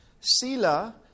Sila